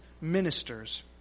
ministers